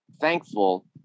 thankful